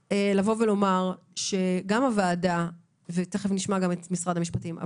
נשמע את משרד המשפטים,